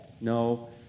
No